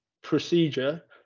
procedure